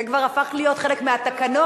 זה כבר הפך להיות חלק מהתקנון.